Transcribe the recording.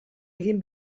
egin